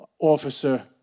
officer